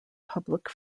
public